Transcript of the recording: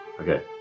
Okay